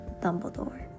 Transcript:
Dumbledore